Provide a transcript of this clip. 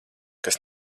kas